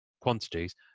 Quantities